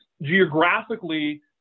Geographically